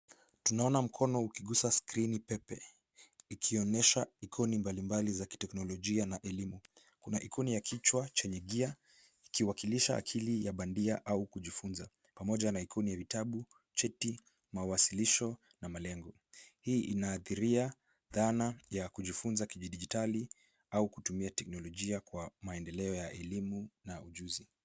Tunaona mkono ukigusa skrini pepe. Ikionyesha ikoni mbalimbali za kiteknolojia na elimu. Kuna ikoni ya kichwa chenye gia, ikiwakilisha akili ya bandia au kujifunza. Pamoja na ikoni ya vitabu, cheti, mawasilisho, na malengo. Hii inaathiria dhana ya kujifunza kidijitali, au kutumia teknolojia kwa maendeleo ya elimu, na ujuzi.